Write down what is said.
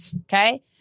Okay